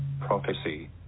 prophecy